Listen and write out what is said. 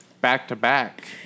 back-to-back